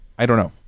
i don't know.